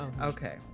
Okay